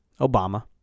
Obama